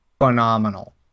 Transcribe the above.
phenomenal